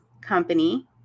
company